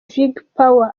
vigpower